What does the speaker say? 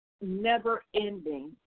never-ending